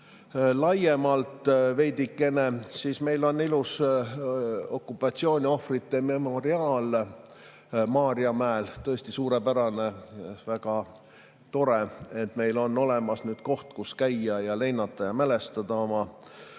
laiemalt, siis meil on ilus okupatsiooniohvrite memoriaal Maarjamäel, tõesti suurepärane. Väga tore, et meil on olemas koht, kus käia ja leinata ja mälestada oma